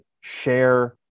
share